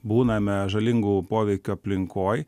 būname žalingų poveikių aplinkoj